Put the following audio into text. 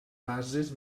bases